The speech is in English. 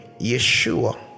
Yeshua